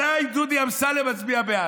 עליי שדודי אמסלם מצביע בעד.